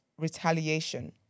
retaliation